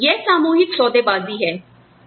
तो यह सामूहिक सौदेबाजी है